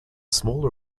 smaller